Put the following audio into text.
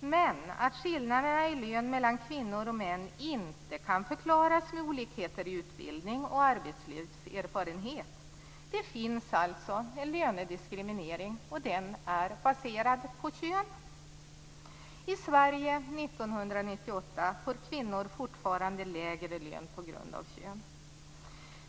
men att skillnaderna i lön mellan kvinnor och män inte kan förklaras med olikheter i utbildning och arbetslivserfarenhet. Det finns alltså en lönediskriminering som är baserad på kön. I Sverige 1998 får kvinnor fortfarande lägre lön på grund av kön.